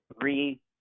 three